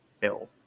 bill